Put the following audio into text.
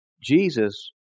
Jesus